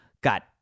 Got